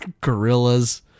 gorillas